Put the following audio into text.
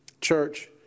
Church